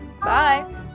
Bye